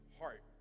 heart